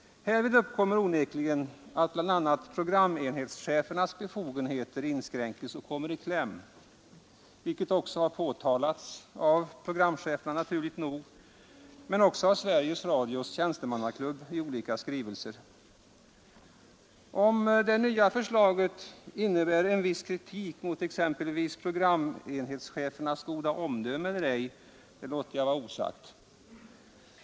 Men då blir det onekligen så, att bl.a. programenhetschefernas befogenheter inskränks och kommer i kläm, vilket naturligt nog har påtalats av programcheferna men också av Sveriges Radios tjänstemannaklubb i olika skrivelser. Om det nya förslaget innebär en viss kritik mot exempelvis programenhetschefernas goda omdöme eller ej låter jag vara osagt.